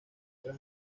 tras